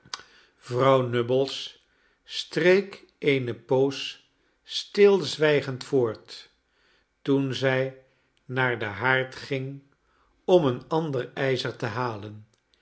vrouw nubbles streek eene poos stilzwijgend voort toen zij naar den haard ging om een ander ijzer te halen